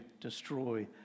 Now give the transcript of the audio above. destroy